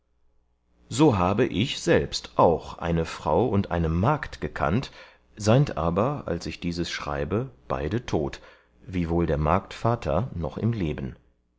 so habe ich selbst auch eine frau und eine magd gekannt seind aber als ich dieses schreibe beide tot wiewohl der magd vatter noch im leben